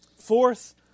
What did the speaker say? Fourth